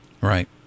Right